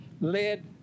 led